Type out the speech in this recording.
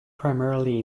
primarily